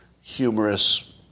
humorous